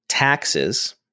taxes